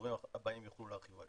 שהדוברים הבאים יוכלו לעשות כן.